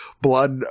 blood